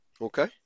Okay